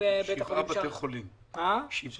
ויש את בית חולים שערי צדק.